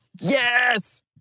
Yes